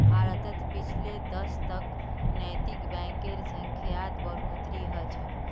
भारतत पिछले दशकत नैतिक बैंकेर संख्यात बढ़ोतरी हल छ